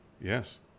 Yes